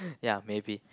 ya maybe